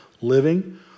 living